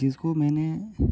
जिसको मैंने